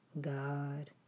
God